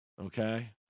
okay